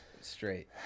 straight